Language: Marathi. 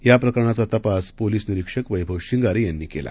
या प्रकरणाचा तपास पोलीस निरीक्षक वध्वि शिंगारे यांनी केला